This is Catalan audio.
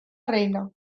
reina